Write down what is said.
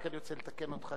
אני רק רוצה לתקן אותך,